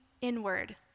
inward